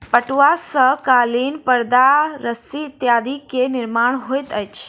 पटुआ सॅ कालीन परदा रस्सी इत्यादि के निर्माण होइत अछि